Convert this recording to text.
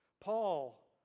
Paul